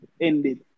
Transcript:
ended